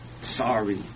sorry